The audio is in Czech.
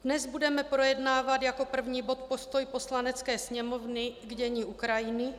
Dnes budeme projednávat jako první bod postoj Poslanecké sněmovny k dění na Ukrajině.